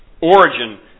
origin